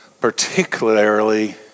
particularly